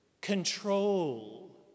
Control